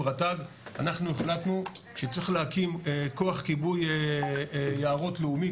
רט"ג אנחנו החלטנו שצריך להקים כוח כיבוי יערות לאומי,